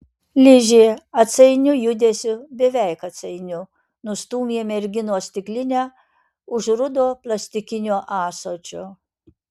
ližė atsainiu judesiu beveik atsainiu nustūmė merginos stiklinę už rudo plastikinio ąsočio